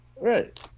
Right